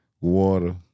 water